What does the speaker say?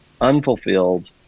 unfulfilled